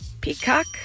Peacock